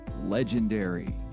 legendary